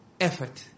effort